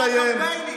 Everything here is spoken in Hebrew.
רק קמפיינים.